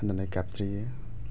होननानै गाबज्रियो